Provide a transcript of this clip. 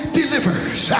delivers